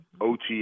OTA